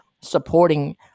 supporting